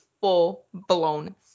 full-blown